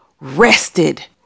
rested